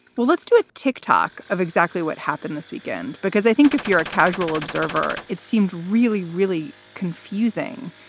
well, let's do a tick tock of exactly what happened this weekend, because i think if you're a casual observer, it seemed really, really confusing.